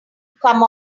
come